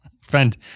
friend